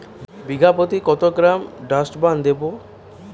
বিঘাপ্রতি কত gram Dursban দেবো?